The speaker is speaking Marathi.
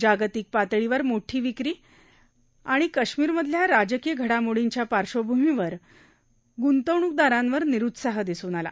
जागतिक पातळीवर मोठी विक्री आणि कश्मीरमधल्या राजकीय घडामोडींच्या पार्श्वभूमीवर गृंतवणूकदारांमधे निरुत्साह दिसून आला